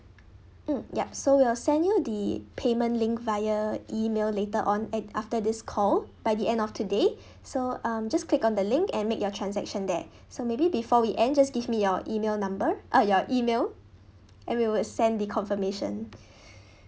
mm yup so we'll send you the payment link via email later on and after this call by the end of today so um just click on the link and make your transaction there so maybe before we end just give me your email number ah your email and we will send the confirmation